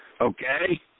Okay